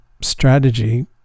strategy